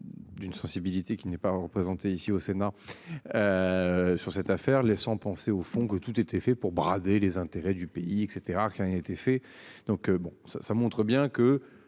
D'une sensibilité qui n'est pas représenté ici au Sénat. Sur cette affaire, laissant penser au fond que tout était fait pour brader les intérêts du pays et cetera qui a été fait donc bon ça, ça montre bien que